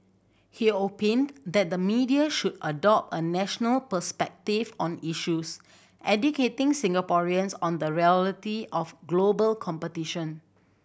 he opined that the media should adopt a national perspective on issues educating Singaporeans on the reality of global competition